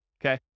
okay